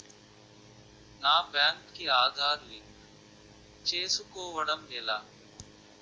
నా బ్యాంక్ కి ఆధార్ లింక్ చేసుకోవడం ఎలా?